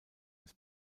des